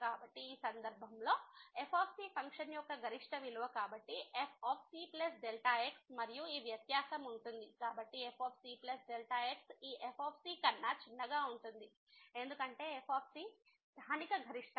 కాబట్టి ఆ సందర్భంలో f ఫంక్షన్ యొక్క గరిష్ట విలువ కాబట్టి f cx మరియు ఈ వ్యత్యాసం ఉంటుంది కాబట్టి f cx ఈ f cకన్నా చిన్నగా ఉంటుంది ఎందుకంటే f c స్థానిక గరిష్టం